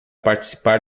participar